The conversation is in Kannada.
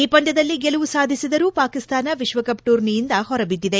ಈ ಪಂದ್ಯದಲ್ಲಿ ಗೆಲುವು ಸಾಧಿಸಿದರೂ ಪಾಕಿಸ್ತಾನ ವಿಶ್ವಕಪ್ ಟೂರ್ನಿಯಿಂದ ಹೊರಬಿದ್ದಿದೆ